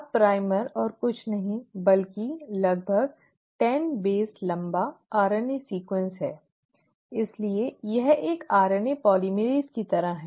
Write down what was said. अब प्राइमर और कुछ नहीं बल्कि लगभग 10 आधार लंबा RNA अनुक्रम है इसलिए यह एक RNA polymerase की तरह है